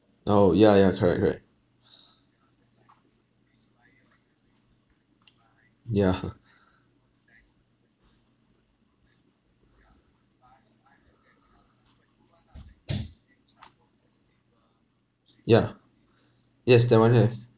oh ya ya correct correct yeah !huh! yeah yes that one have